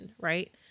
Right